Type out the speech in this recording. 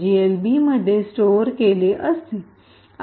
GLB मध्ये store केले असते